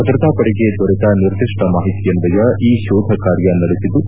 ಭದ್ರತಾ ಪಡೆಗೆ ದೊರೆತ ನಿರ್ದಿಷ್ಟ ಮಾಹಿತಿಯನ್ನಯ ಈ ಶೋಧ ಕಾರ್ಯ ನಡೆಸಿದ್ದು